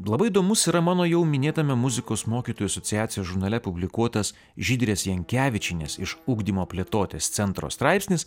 labai įdomus yra mano jau minėtame muzikos mokytojų asociacijos žurnale publikuotas žydrės jankevičienės iš ugdymo plėtotės centro straipsnis